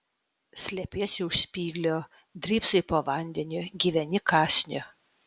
slepiesi už spyglio drybsai po vandeniu gyveni kąsniu